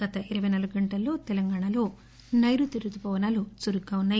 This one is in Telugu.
గత ఇరవై నాలుగు గంటల్లో తెలంగాణలో నైరుతి రుతుపవనాలు చురుకుగా ఉన్సాయి